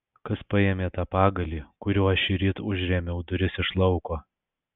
kas paėmė tą pagalį kuriuo aš šįryt užrėmiau duris iš lauko